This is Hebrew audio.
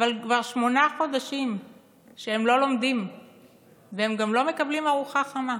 אבל כבר שמונה חודשים שהם לא לומדים והם גם לא מקבלים ארוחה חמה.